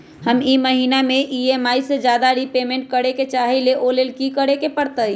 हम ई महिना में ई.एम.आई से ज्यादा रीपेमेंट करे के चाहईले ओ लेल की करे के परतई?